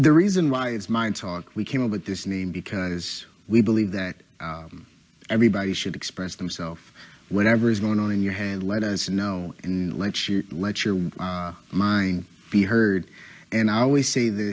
the reason why it's my talk we came up with this name because we believe that everybody should express themselves whatever is going on in your head let us know and let's you let your mind be heard and i always say th